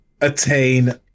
attain